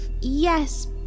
Yes